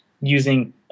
using